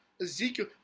Ezekiel